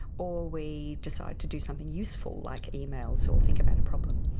or we decide to do something useful like emails or think about a problem.